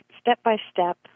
step-by-step